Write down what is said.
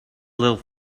little